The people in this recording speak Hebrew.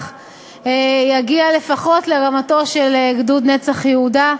יגיע לפחות לרמתו של גדוד "נצח יהודה"